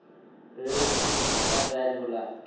ऋण के कितना ब्याज होला?